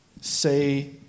say